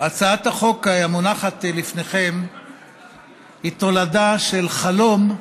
הצעת החוק המונחת לפניכם היא תולדה של חלום,